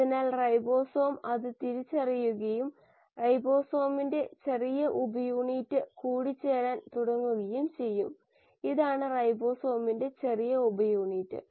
അതിനാൽ റൈബോസോം ഇത് തിരിച്ചറിയുകയും റൈബോസോമിന്റെ ചെറിയ ഉപയൂണിറ്റ് കൂടിച്ചേരാൻ തുടങ്ങുകയും ചെയ്യും ഇതാണ് റൈബോസോമിന്റെ ചെറിയ ഉപയൂണിറ്റ്